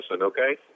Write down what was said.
okay